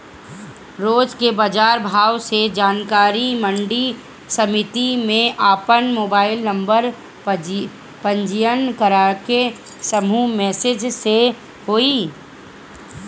रोज के बाजार भाव के जानकारी मंडी समिति में आपन मोबाइल नंबर पंजीयन करके समूह मैसेज से होई?